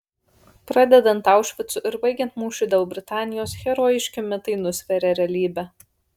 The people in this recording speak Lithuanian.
pradedant aušvicu ir baigiant mūšiu dėl britanijos herojiški mitai nusveria realybę